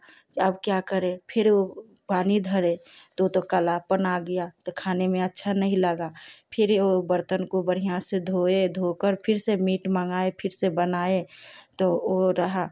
तो अब क्या करे फिर वह पानी धरे तो तो कालापन आ गया तो खाने में अच्छा नहीं लगा फिर उस बर्तन को बढ़िया से धोए धोकर फिर से मीट मँगाए फिर से बनाए तो वह रहा